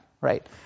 Right